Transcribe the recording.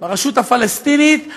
ברשות הפלסטינית,